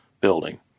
building